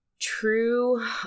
True